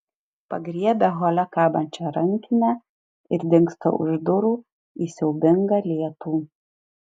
pagriebia hole kabančią rankinę ir dingsta už durų į siaubingą lietų